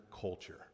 culture